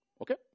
Okay